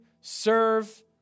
serve